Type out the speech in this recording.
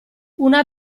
una